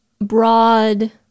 broad